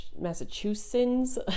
Massachusetts